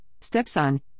stepson